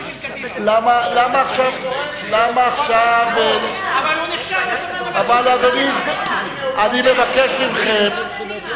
למה עכשיו, אבל הוא נחשב לסמן המתון של קדימה.